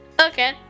Okay